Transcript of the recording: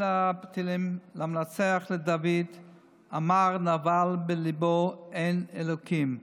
"למנצח לדוד אמר נבל בלבו אין אלהים,